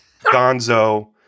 gonzo